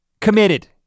committed